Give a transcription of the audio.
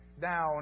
down